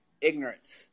ignorance